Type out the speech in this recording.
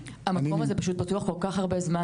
--- המקום הזה פשוט פתוח כל כך הרבה זמן,